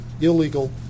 illegal